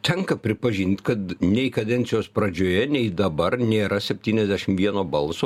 tenka pripažint kad nei kadencijos pradžioje nei dabar nėra septyniasdešim vieno balso